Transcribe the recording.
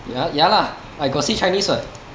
ya ya lah I got say chinese [what]